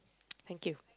thank you